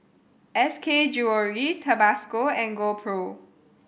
S K Jewellery Tabasco and GoPro